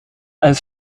als